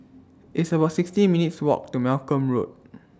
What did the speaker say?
It's about sixty minutes' Walk to Malcolm Road